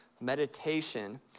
Meditation